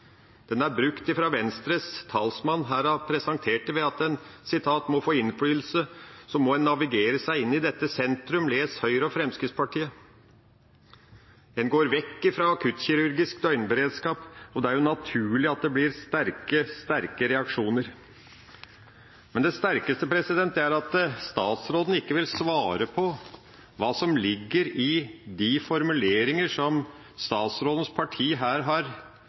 Den er brukt fra Venstres talsmann, her presentert ved at skal en få innflytelse, må en navigere seg inn i dette sentrum, les Høyre og Fremskrittspartiet. En går vekk fra akuttkirurgisk døgnberedskap, og det er jo naturlig at det blir sterke reaksjoner. Men det sterkeste er at statsråden ikke vil svare på hva som ligger i formuleringene fra statsrådens parti i innstillinga, ikke vil svare på om det er mulig å oppfylle de formuleringene uten at en har